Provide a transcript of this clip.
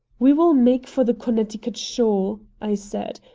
we will make for the connecticut shore, i said,